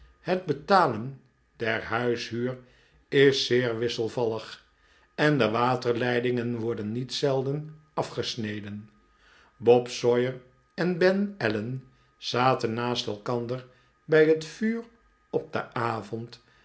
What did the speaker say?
het betalen der huis'huur is zeer wisselvallig en de waterleidingen worden niet zelden afgesneden bob sawyer en ben allen zaten naast elkander bij het vuur op den avond